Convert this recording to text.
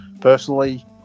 personally